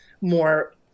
more